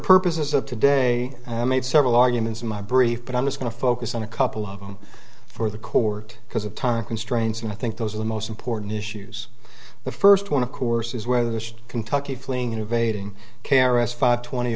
purposes of today i made several arguments in my brief but i'm going to focus on a couple of them for the court because of time constraints and i think those are the most important issues the first one of course is whether the kentucky fling innovating k r s five twenty